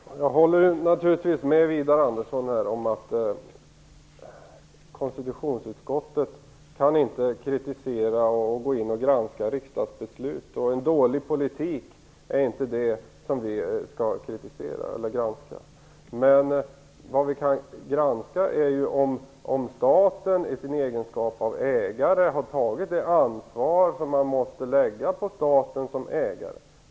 Fru talman! Jag håller naturligtvis med Widar Andersson om att konstitutionsutskottet inte kan kritisera eller gå in och granska riksdagsbeslut. En dålig politik är inte det som vi skall kritisera eller granska. Men det vi kan granska är om staten i sin egenskap av ägare har tagit det ansvar som man måste lägga på staten som ägare.